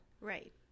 Right